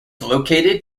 located